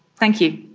thank you.